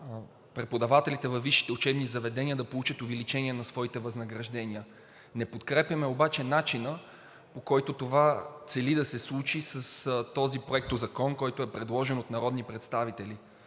преподавателите във висшите учебни заведения да получат увеличение на своите възнаграждения. Не подкрепяме обаче начина, по който това цели да се случи с този проектозакон, който е предложен от народни представители,